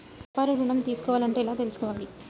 వ్యాపార ఋణం తీసుకోవాలంటే ఎలా తీసుకోవాలా?